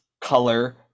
color